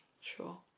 Sure